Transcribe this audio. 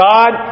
God